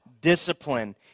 discipline